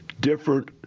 different